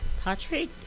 Patrick